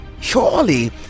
surely